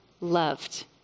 loved